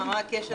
מה הקשר?